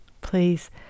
Please